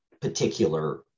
particular